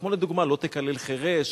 כמו לדוגמה: "לא תקלל חרש",